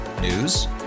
News